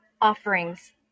offerings